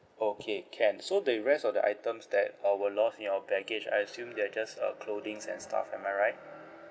okay can so the rest of the items that uh were lost in your baggage I assume they are just uh clothing and stuffs am I right